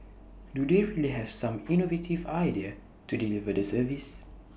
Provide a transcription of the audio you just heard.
do they really have some innovative ideas to deliver the service